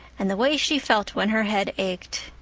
and the way she felt when her head ached.